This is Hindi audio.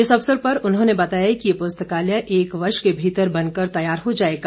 इस अवसर पर उन्होंने बताया कि ये प्रस्तकालय एक वर्ष के भीतर बन कर तैयार हो जाएगा